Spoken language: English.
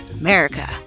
america